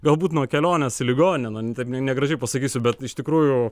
galbūt nuo kelionės į ligoninę nu taip ne negražiai pasakysiu bet iš tikrųjų